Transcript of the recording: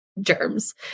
germs